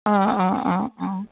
অঁ অঁ অঁ অঁ